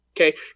okay